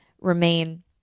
remain